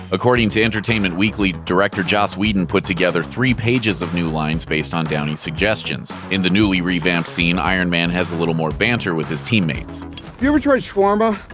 according to entertainment weekly, director joss whedon put together three pages of new lines based on downey's suggestion. in the newly revamped scene, iron man has a little more banter with his teammates. have you ever tried shawarma?